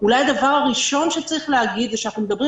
אולי הדבר הראשון שצריך להגיד הוא שאנחנו מדברים